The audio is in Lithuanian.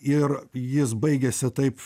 ir jis baigėsi taip